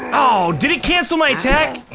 oh did he cancel my attack?